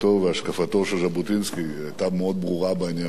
והשקפתו של ז'בוטינסקי היתה מאוד ברורה בעניין הזה,